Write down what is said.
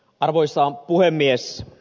arvoisa puhemies